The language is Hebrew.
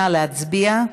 נא להצביע.